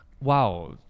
Wow